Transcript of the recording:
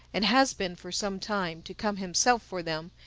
and has been for some time, to come himself for them,